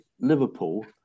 Liverpool